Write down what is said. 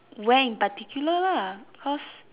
where in particular lah because